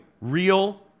real